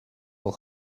will